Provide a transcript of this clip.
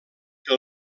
que